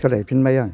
सोलायहैफिनबाय आं